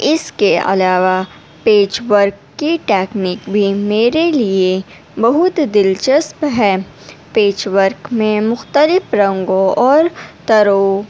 اس کے علاوہ patch work کی ٹیکنیک بھی میرے لیے بہت دلچسپ ہے پیچ ورک میں مختلف رنگوں اور تر